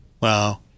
Wow